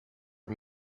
are